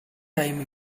time